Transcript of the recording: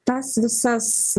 tas visas